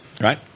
Right